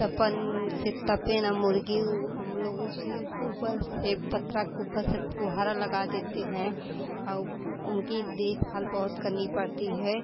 तपन से तपे ना मुर्ग़ी ऊ हम लोग उसी के ऊपर से पत्रा के ऊपर से फुहारा लगा देते हैं अउ उनकी देखभाल बहुत करनी पड़ती है